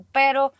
pero